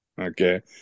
Okay